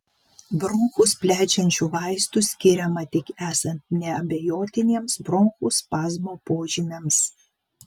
bronchus plečiančių vaistų skiriama tik esant neabejotiniems bronchų spazmo požymiams